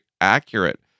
accurate